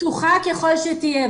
פתוחה ככל שתהיה,